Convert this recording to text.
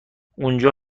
اونجا